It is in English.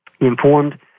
informed